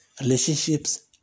relationships